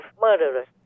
murderers